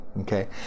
okay